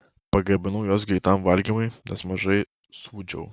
pagaminau juos greitam valgymui nes mažai sūdžiau